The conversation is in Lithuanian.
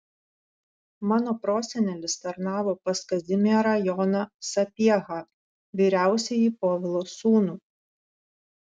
mano prosenelis tarnavo pas kazimierą joną sapiehą vyriausiąjį povilo sūnų